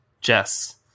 Jess